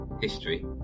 history